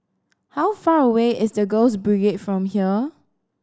how far away is The Girls Brigade from here